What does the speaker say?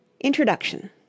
Introduction